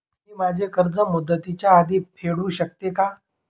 मी माझे कर्ज मुदतीच्या आधी फेडू शकते का?